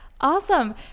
Awesome